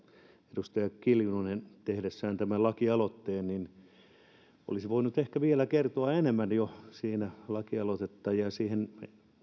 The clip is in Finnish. edustaja kiljunen tehdessään tämän lakialoitteen olisi voinut ehkä vielä kertoa enemmän jo siinä lakialoitetta tehdessään ja siihen